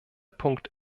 punkt